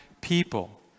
people